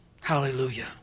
Hallelujah